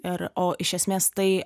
ir o iš esmės tai